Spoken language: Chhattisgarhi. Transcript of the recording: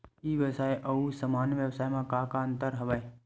ई व्यवसाय आऊ सामान्य व्यवसाय म का का अंतर हवय?